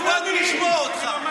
אנחנו באנו לשמוע אותך.